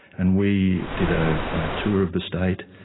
and we did a tour of the state,